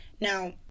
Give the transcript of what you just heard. Now